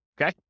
Okay